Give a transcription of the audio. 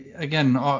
Again